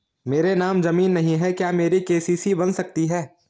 मेरे नाम ज़मीन नहीं है क्या मेरी के.सी.सी बन सकती है?